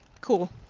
Cool